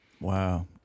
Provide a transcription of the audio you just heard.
Wow